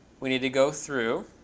we need to go through